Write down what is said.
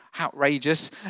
outrageous